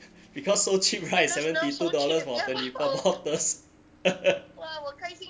because so cheap [right] seventy two dollars for twenty four bottles